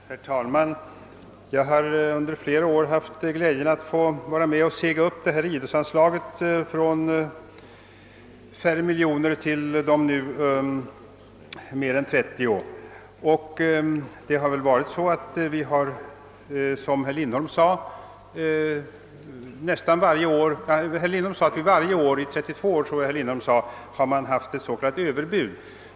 Herr talman! Jag har under flera år haft glädjen att vara med om att öka idrottsanslaget från några få miljoner till nu mer än 30. Det skulle under lång tid — jag tror att herr Lindholm sade 32 år — ha förekommit s.k. överbud.